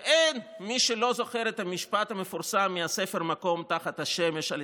ואין מי שלא זוכר את המשפט המפורסם מהספר "מקום תחת השמש" על